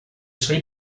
soy